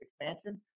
expansion